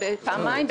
פעמיים,